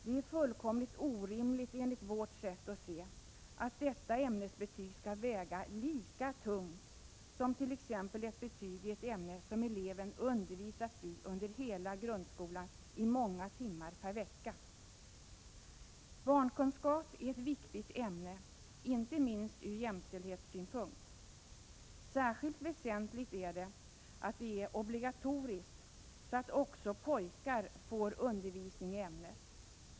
Det är fullkomligt orimligt att ämnesbetyget i barnkunskap skall väga lika som t.ex. betyg i ett ämne som eleven har undervisats i under hela grundskolan i många timmar per vecka. Barnkunskap är ett viktigt ämne, inte minst ur jämställdhetssynpunkt. Särskilt väsentligt är att ämnet är obligatoriskt, så att också pojkar får undervisning i ämnet.